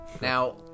Now